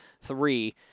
three